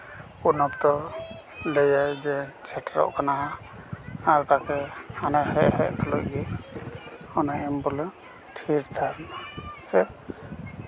ᱩᱱ ᱚᱠᱛᱚ ᱞᱟᱹᱭᱟᱭ ᱦᱟᱸᱜ ᱥᱮᱴᱮᱨᱚᱜ ᱠᱟᱱᱟ ᱟᱨ ᱛᱟᱦᱞᱮ ᱚᱱᱟ ᱦᱮᱡ ᱦᱮᱡ ᱛᱩᱞᱩᱡ ᱜᱮ ᱚᱱᱟ ᱮᱢᱵᱩᱞᱮᱱᱥ ᱛᱷᱤᱨᱼᱛᱷᱟᱨ ᱱᱟ ᱥᱮ